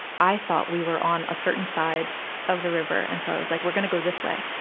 i thought we were on a certain side of the river. and so i was like, we're gonna go this way.